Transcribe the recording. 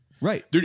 Right